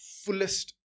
fullest